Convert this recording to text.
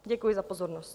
Děkuji za pozornost.